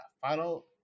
Final